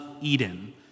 Eden